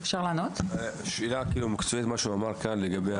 שאלה מקצועית לגבי מה שנאמר.